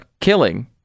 killing